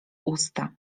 usta